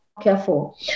careful